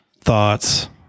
thoughts